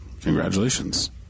Congratulations